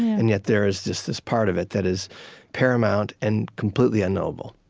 and yet there is just this part of it that is paramount and completely unknowable